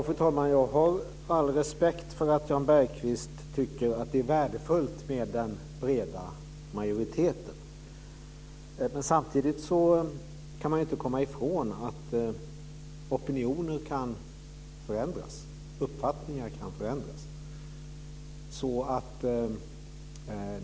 Fru talman! Jag har all respekt för att Jan Bergqvist tycker att det är värdefullt med en bred majoritet. Samtidigt kan man inte komma ifrån att opinionen kan förändras, att uppfattningar kan förändras.